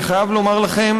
אני חייב לומר לכם,